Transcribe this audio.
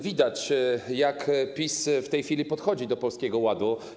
Widać, jak PiS w tej chwili podchodzi do Polskiego Ładu.